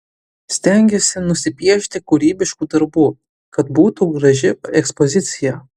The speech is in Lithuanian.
stengiuosi nusipiešti kūrybiškų darbų kad būtų graži ekspozicija